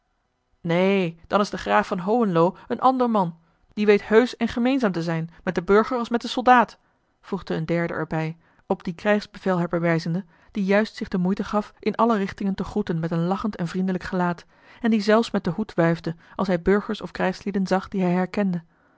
neen dan is de graaf van hohenlo een ander man die weet heusch en gemeenzaam te zijn met den burger als met den soldaat voegde een derde er bij op dien krijgsbevelhebber wijzende die juist zich de moeite gaf in alle richtingen te groeten met een lachend en vriendelijk gelaat en die zelfs met den hoed wuifde als hij burgers of krijgslieden zag die hij herkende